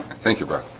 thank you very